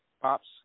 Pops